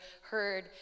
heard